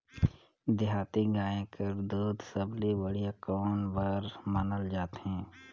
देहाती गाय कर दूध सबले बढ़िया कौन बर मानल जाथे?